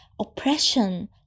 oppression